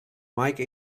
mike